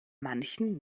manchen